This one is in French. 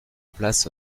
place